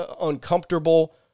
uncomfortable